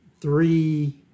three